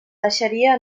deixaria